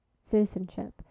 citizenship